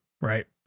right